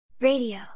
Radio